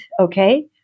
okay